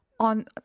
On